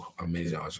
Amazing